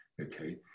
okay